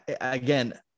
again